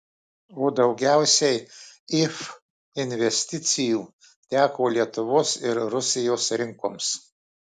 o daugiausiai if investicijų teko lietuvos ir rusijos rinkoms